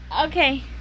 Okay